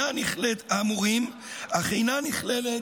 אך אינה נכללת